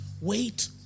wait